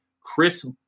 Chris